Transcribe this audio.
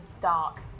dark